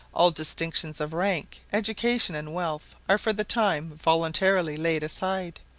all distinctions of rank, education, and wealth are for the time voluntarily laid aside.